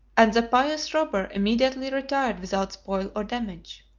and the pious robber immediately retired without spoil or damage.